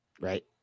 right